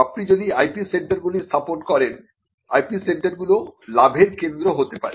আপনি যদি IPসেন্টারগুলি স্থাপন করেন IPসেন্টারগুলি লাভের কেন্দ্র হতে পারে